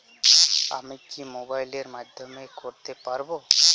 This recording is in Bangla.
আমি কি মোবাইলের মাধ্যমে করতে পারব?